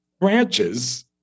branches